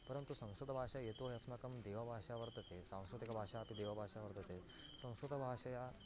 परन्तु संस्कृतभाषा यतो हि अस्माकं देवभाषा वर्तते सांस्कृतिकभाषापि देवभाषा वर्तते संस्कृतभाषया